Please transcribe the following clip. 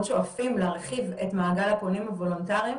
שואפים להרחיב את מעגל הפונים הוולונטריים.